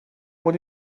what